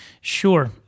Sure